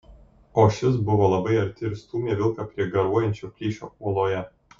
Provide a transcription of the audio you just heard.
o šis buvo labai arti ir stūmė vilką prie garuojančio plyšio uoloje